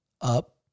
UP